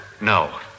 No